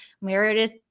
Meredith